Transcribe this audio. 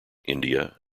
india